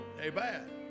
amen